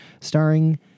starring